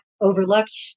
overlooked